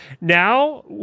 Now